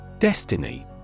Destiny